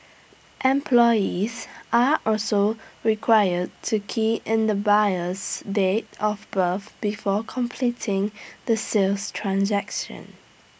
employees are also required to key in the buyer's date of birth before completing the sales transaction